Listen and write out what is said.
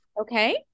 Okay